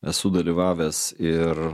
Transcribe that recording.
esu dalyvavęs ir